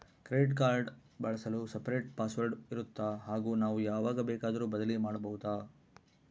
Credit card ಬಳಸಲು separate password ಇರುತ್ತಾ ಹಾಗೂ ನಾವು ಯಾವಾಗ ಬೇಕಾದರೂ ಬದಲಿ ಮಾಡಬಹುದಾ?